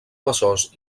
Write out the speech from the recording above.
besòs